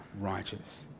righteous